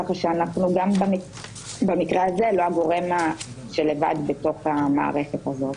כך שגם במקרה הזה אנחנו לא גורם שהוא לבד בתוך המערכת הזאת.